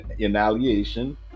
annihilation